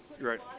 right